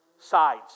sides